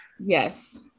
Yes